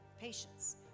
patience